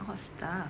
hot stuff